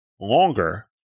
longer